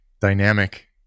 dynamic